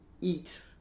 eat